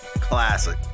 Classic